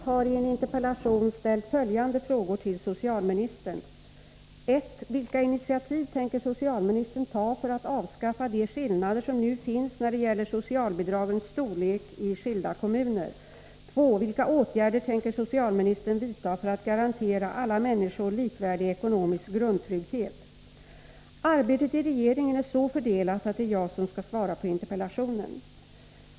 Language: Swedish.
Herr talman! Inga Lantz har i en interpellation ställt följande frågor till socialministern: Arbetet i regeringen är så fördelat att det är jag som skall svara på interpellationen.